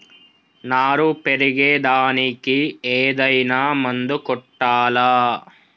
నారు పెరిగే దానికి ఏదైనా మందు కొట్టాలా?